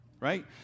right